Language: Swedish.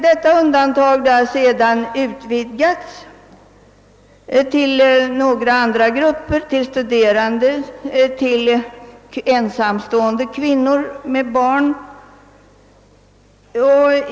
Detta undantag har sedan utvidgats till att gälla några andra grupper — studerande och ensamstående kvinnor med barn.